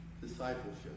discipleship